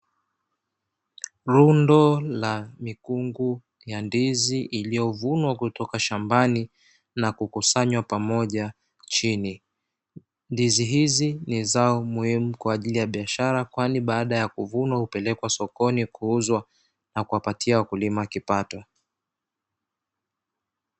Lundo la mikungu ya ndizi iliyovunwa kutoka shambani na kukusanywa pamoja chini, ndizi hizi ni zao muhimu kwajili ya biashara kwani baada ya kuvunwa hupelekwa sokoni kuuzwa na kuwapatia wakulima kipato.